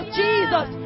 jesus